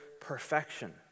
perfection